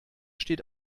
steht